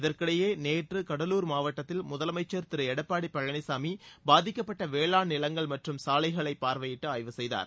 இதற்கிடையேநேற்றுகடலூர் மாவட்டத்தில் முதலனமச்சர் திருளடப்பாடிபழனிசாமிபாதிக்கப்பட்டவேளாண் நிலங்கள் சாலைகளைபார்வையிட்டுஆய்வு மற்றும் செய்தார்